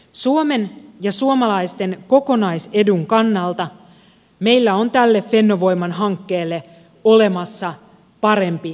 suomen ja suomalaisten kokonaisedun kannalta meillä on tälle fennovoiman hankkeelle olemassa parempi vaihtoehto